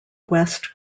west